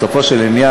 בסופו של עניין,